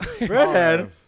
Redhead